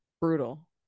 Brutal